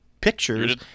pictures